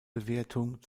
bewertung